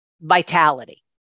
vitality